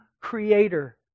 Creator